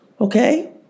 Okay